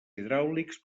hidràulics